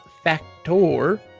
factor